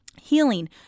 healing